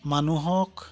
মানুহক